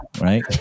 right